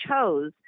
chose